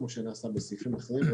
כמו שנעשה בסעיפים אחרים.